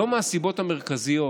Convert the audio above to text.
לא מהסיבות המרכזיות,